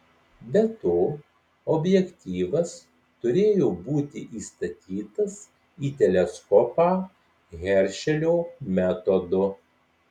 be to objektyvas turėjo būti įstatytas į teleskopą heršelio metodu